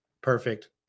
perfect